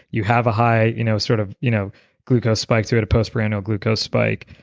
you have a high you know sort of you know glucose spikes, you had a postprandial glucose spike,